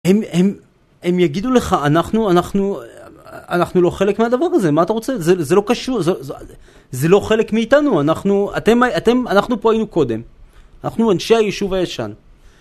הם יגידו לך, אנחנו לא חלק מהדבר הזה, מה אתה רוצה? זה לא חלק מאיתנו, אנחנו פה היינו קודם, אנחנו אנשי היישוב הישן.